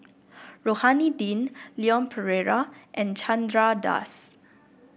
Rohani Din Leon Perera and Chandra Das